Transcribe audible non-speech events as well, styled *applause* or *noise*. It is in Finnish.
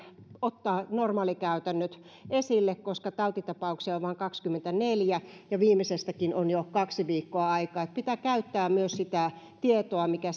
ottaa normaalikäytännöt esille koska tautitapauksia on vain kaksikymmentäneljä ja viimeisestäkin on jo kaksi viikkoa aikaa pitää käyttää myös sitä tietoa mikä *unintelligible*